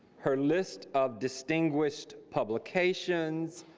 her list of distinguished publications,